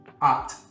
art